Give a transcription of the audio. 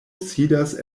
sidas